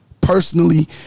personally